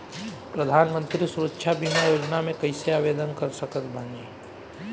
प्रधानमंत्री सुरक्षा बीमा योजना मे कैसे आवेदन कर सकत बानी?